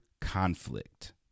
conflict